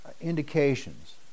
indications